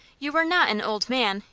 you are not an old man.